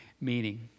meaning